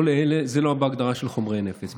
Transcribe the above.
זה לא בהגדרה של חומרי נפץ.